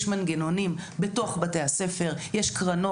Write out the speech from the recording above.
יש מנגנונים בתוך בתי הספר ויש קרנות.